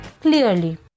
clearly